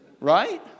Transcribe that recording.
right